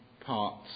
parts